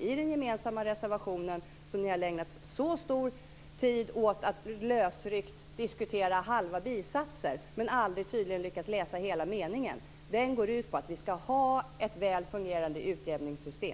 i den gemensamma reservationen när det gäller den kommunala utjämningen, som ni har ägnat så stor tid åt att lösryckt diskutera i halva bisatser men tydligen aldrig har lyckats läsa hela meningen, går ut på att vi ska ha ett väl fungerande utjämningssystem.